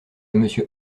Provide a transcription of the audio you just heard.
monsieur